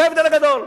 זה ההבדל הגדול.